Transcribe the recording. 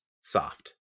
soft